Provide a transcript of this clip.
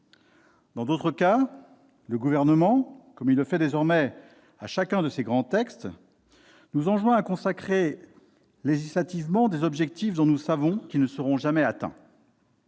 Dans d'autres cas, le Gouvernement, comme il le fait désormais à chacun de ses grands textes, nous enjoint de consacrer dans la loi des objectifs dont nous savons qu'ils ne seront jamais atteints.